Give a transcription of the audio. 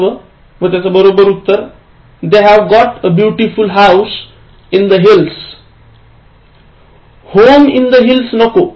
पाचवा बरोबर उत्तर They've got a beautiful house in the Hillshome in the hills नको